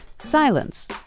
Silence